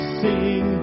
sing